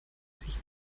sich